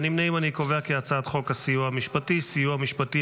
להעביר את הצעת חוק הסיוע המשפטי (סיוע משפטי